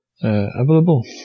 available